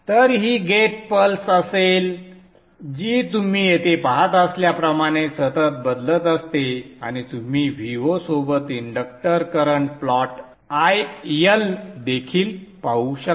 तर ही gate pulse असेल जी तुम्ही येथे पहात असल्याप्रमाणे सतत बदलत असते आणि तुम्ही Vo सोबत इंडक्टर करंट प्लॉट IL देखील पाहू शकता